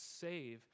save